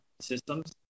systems